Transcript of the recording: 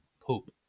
Poop